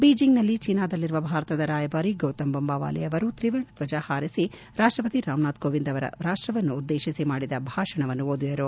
ಬೀಜಿಂಗ್ನಲ್ಲಿ ಚೀನದಲ್ಲಿರುವ ಭಾರತದ ರಾಯಭಾರಿ ಗೌತಮ್ ಬಂಬಾವಾಲೆ ಅವರು ತ್ರಿವರ್ಣ ಧ್ವಜ ಹಾರಿಸಿ ರಾಷ್ಟಪತಿ ರಾಮನಾಥ್ ಕೋವಿಂದ್ ಅವರು ರಾಷ್ಟವನ್ನುದ್ದೇಶಿಸಿ ಮಾಡಿದ ಭಾಷಣವನ್ನು ಓದಿದರು